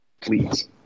please